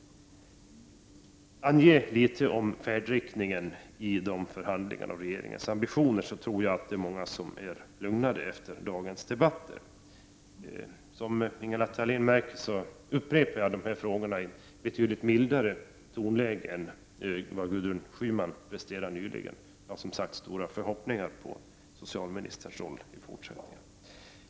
Ange någonting om färdriktningen i förhandlingarna och regeringens ambitioner! Då tror jag att det är många som blir lugnade efter dagens debatter. Som Ingela Thalén märker upprepar jag dessa frågor i ett betydligt mildare tonläge än det Gudrun Schyman presterade nyligen. Jag har som sagt stora förhoppningar på socialministerns roll i fortsättningen.